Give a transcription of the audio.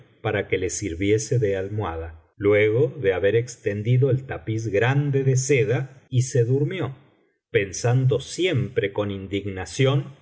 para que le sirviese de almohada luego de haber extendido el tapiz grande de seda y se durmió pensando siempre con indignación